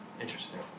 Interesting